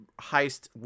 heist –